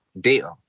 data